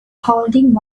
holding